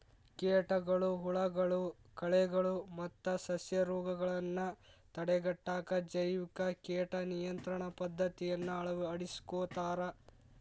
ಕೇಟಗಳು, ಹುಳಗಳು, ಕಳೆಗಳು ಮತ್ತ ಸಸ್ಯರೋಗಗಳನ್ನ ತಡೆಗಟ್ಟಾಕ ಜೈವಿಕ ಕೇಟ ನಿಯಂತ್ರಣ ಪದ್ದತಿಯನ್ನ ಅಳವಡಿಸ್ಕೊತಾರ